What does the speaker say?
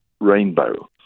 rainbow